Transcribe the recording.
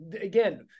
again –